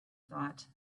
thought